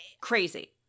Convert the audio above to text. Crazy